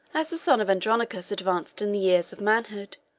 as the son of andronicus advanced in the years of manhood,